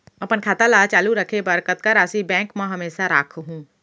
अपन खाता ल चालू रखे बर कतका राशि बैंक म हमेशा राखहूँ?